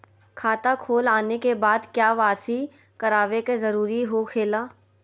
खाता खोल आने के बाद क्या बासी करावे का जरूरी हो खेला?